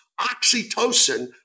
oxytocin